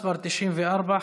מס' 94,